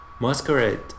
Masquerade